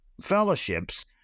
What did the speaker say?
fellowships